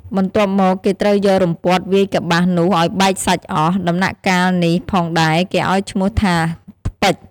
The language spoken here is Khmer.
បន្ទាប់មកគេត្រូវយករំពាត់វាយកប្បាសនោះឲ្យបែកសាច់អស់ ដំណាក់កាលនេះផងដែរគេឲ្យឈ្មោះថាថ្ពេច។